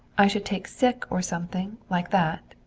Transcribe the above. i should take sick, or something like that,